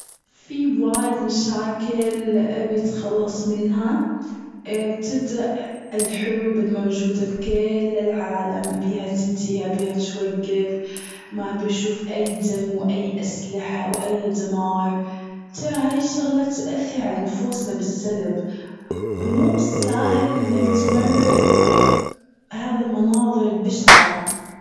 في مشاكل أبي أتخلص منها، بتبدأ الحروب الموجودة بكل العالم أبيها تنتهي أبيها توقف، ما أبي أشوف أي دم وأي أسلحة وأي دمار، هاي شغلة تأثر على نفوسنا بالسلب، موب ساهل إنك تمرر هذي المناظر البشعة.